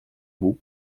beau